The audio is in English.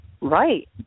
Right